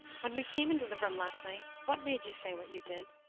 when we came into the room last night, what made you say what you did?